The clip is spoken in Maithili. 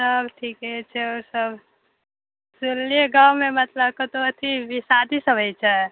सभ ठीके छै सुनलियै गाँवमे मतलब कतौ अथी शादीसभ होयि छै